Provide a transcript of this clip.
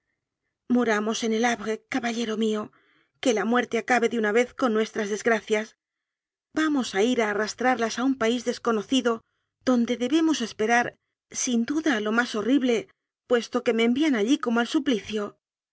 muramos en el havre caballero mío que la muer te acabe de una vez con nuestras desgracias va mos a ir a arrastrarlas a un país desconocido donde debemos esperar sin duda lo más horrible puesto que me envían allí como al suplicio